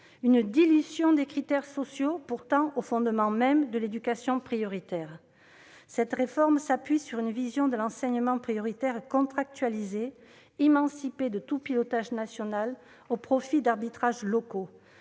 une dilution des critères sociaux, pourtant au fondement même de l'éducation prioritaire. Cette réforme s'appuie sur une vision de l'enseignement prioritaire contractualisé, émancipé de tout pilotage national au profit d'arbitrages locaux.